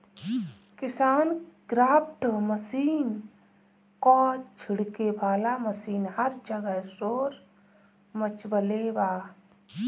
KisanKraft machine क छिड़के वाला मशीन हर जगह शोर मचवले बा